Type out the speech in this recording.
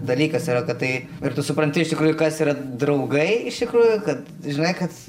dalykas yra kad tai ir tu supranti iš tikrųjų kas yra draugai iš tikrųjų kad žinai kad